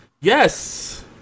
yes